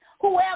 whoever